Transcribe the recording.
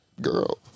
Girl